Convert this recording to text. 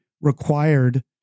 required